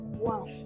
Wow